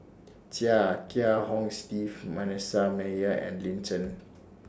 Chia Kiah Hong Steve Manasseh Meyer and Lin Chen